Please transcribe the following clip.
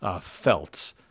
Felt